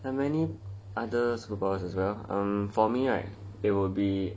there are many other superpowers as well but for me right it would be